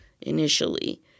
initially